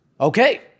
Okay